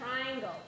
triangle